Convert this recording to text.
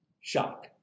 Shock